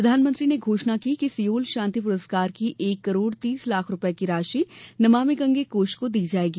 प्रधानमंत्री ने घोषणा की कि सियोल शांति पुरस्कार की एक करोड़ तीस लाख रूपये की राशि नमामि गंगे कोष को दी जाएगी